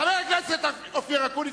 חבר הכנסת אופיר אקוניס,